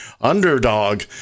underdog